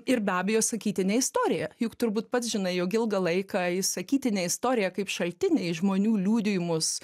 ir be abejo sakytinė istorija juk turbūt pats žinai jog ilgą laiką į sakytinę istoriją kaip šaltiniai žmonių liudijimus